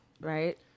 right